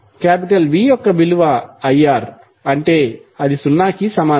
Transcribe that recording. V యొక్క విలువ I R అంటే అది సున్నాకి సమానం